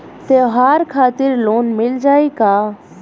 त्योहार खातिर लोन मिल जाई का?